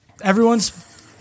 Everyone's